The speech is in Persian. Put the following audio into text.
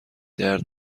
درد